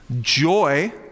Joy